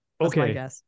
okay